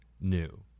new